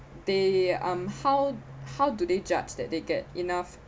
they um how how do they judge that they get enough